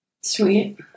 sweet